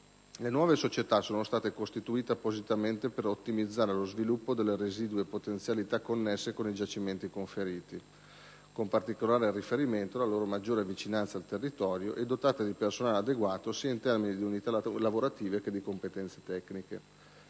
Le nuove società sono state costituite appositamente per ottimizzare lo sviluppo delle residue potenzialità connesse con i giacimenti conferiti, con particolare riferimento alla loro maggiore vicinanza al territorio, e sono state dotate di personale adeguato sia in termini di unità lavorative che di competenze tecniche.